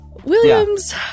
Williams